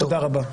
תודה רבה.